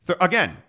again